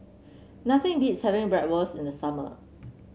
nothing beats having Bratwurst in the summer